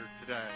today